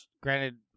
granted